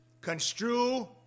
construe